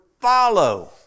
follow